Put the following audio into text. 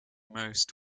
most